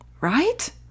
right